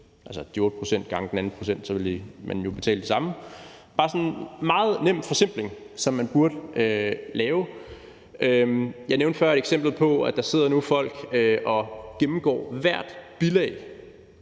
altså de 8 pct. sammen med den anden procent – og så ville vi jo betale det samme. Det er bare sådan en meget nem forsimpling, som man burde lave. Jeg nævnte før et eksempel med, at der nu sidder folk og gennemgår hvert bilag